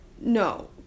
No